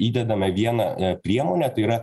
įdedame vieną priemonę tai yra